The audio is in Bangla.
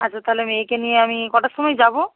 আচ্ছা তাহলে মেয়েকে নিয়ে আমি কটার সময়ে যাবো